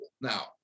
now